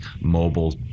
mobile